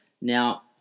Now